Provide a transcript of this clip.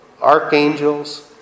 archangels